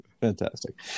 Fantastic